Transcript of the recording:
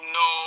no